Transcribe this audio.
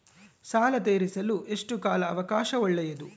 ಸಾಲ ತೇರಿಸಲು ಎಷ್ಟು ಕಾಲ ಅವಕಾಶ ಒಳ್ಳೆಯದು?